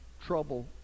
trouble